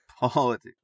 politics